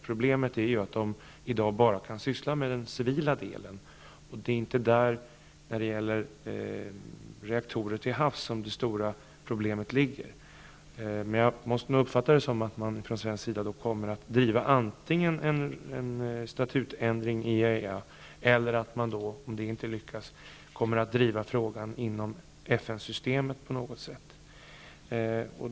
Problemet är att IAEA i dag bara kan syssla med den civila delen. Men det är inte på den civila sidan som de stora problemen ligger när det gäller reaktorer till havs. Jag måste uppfatta detta som att man från svensk sida kommer att driva antingen en statutändring i IAEA eller att man, om det inte lyckas, på något sätt kommer att driva frågan inom FN-systemet.